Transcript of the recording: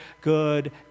good